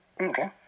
Okay